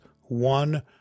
one